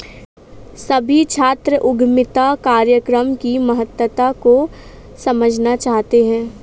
सभी छात्र उद्यमिता कार्यक्रम की महत्ता को समझना चाहते हैं